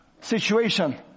situation